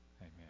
amen